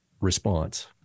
response